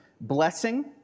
blessing